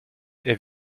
est